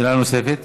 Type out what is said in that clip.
שאלה נוספת.